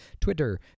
twitter